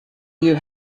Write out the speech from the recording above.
you